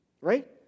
Right